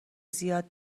زیاد